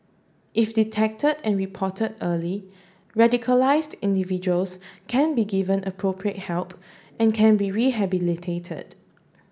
if detect and report early radicalised individuals can be given appropriate help and can be rehabilitated